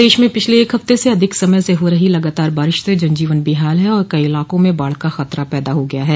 प्रदेश में पिछले एक हफ्ते से अधिक समय से हो रही लगातार बारिश से जनजीवन बेहाल है और कई इलाकों में बाढ़ का खतरा पैदा हो गया है